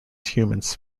humans